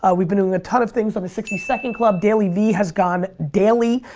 ah we've been doing a ton of things on the sixty second club. dailyvee has gone daily,